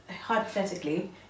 hypothetically